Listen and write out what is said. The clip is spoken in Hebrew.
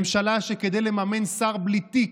ממשלה שכדי לממן שר בלי תיק,